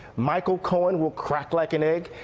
michael cohen will crack like an egg.